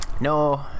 No